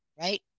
right